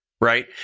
Right